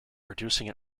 producing